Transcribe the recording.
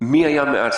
מי היה מעל.